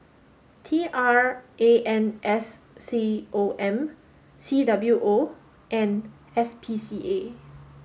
T R A N S C O M C W O and S P C A